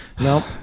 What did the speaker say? nope